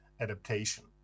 adaptation